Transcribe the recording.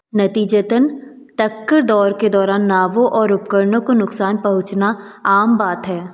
नतीजतन टक्कर दौड़ के दौरान नावों और उपकरणों को नुकसान पहुँचना आम बात है